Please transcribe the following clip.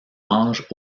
âge